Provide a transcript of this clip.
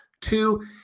two